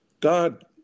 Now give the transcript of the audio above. god